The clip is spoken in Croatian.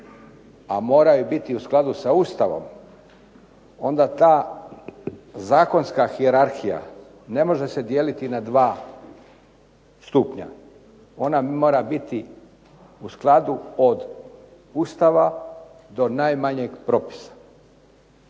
a moraju biti u skladu sa Ustavom onda ta zakonska hijerarhija ne može se dijeliti na 2 stupnja. Ona mora biti u skladu od Ustava do najmanjeg propisa.